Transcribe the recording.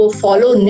follow